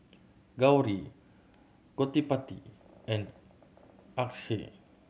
Gauri Gottipati and Akshay